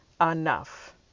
enough